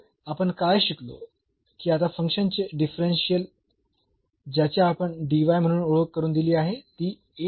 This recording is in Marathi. तर आपण काय शिकलो की आता फंक्शन चे डिफरन्शियल ज्याची आपण dy म्हणून ओळख करून दिली आहे ती ही टर्म होती